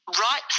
right